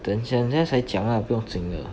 等一下等一下再讲 ah 不用紧的